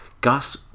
Gus